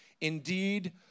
Indeed